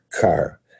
car